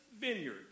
vineyard